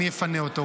אני אפנה אותו.